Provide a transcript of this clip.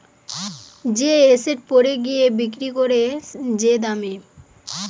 যে এসেট পরে গিয়ে বিক্রি করে যে দামে